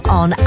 on